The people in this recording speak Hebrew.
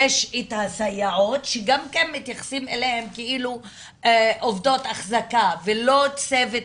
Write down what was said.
יש את הסייעות שגם כן מתייחסים אליהם כאילו עובדות אחזקה ולא צוות